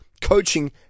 coaching